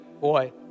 boy